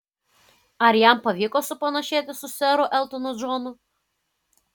ar jam pavyko supanašėti su seru eltonu džonu